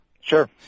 Sure